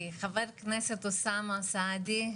חבר כנסת אוסאמה סעדי,